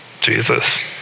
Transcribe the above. Jesus